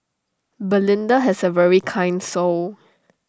belinda has A very kind soul